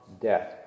death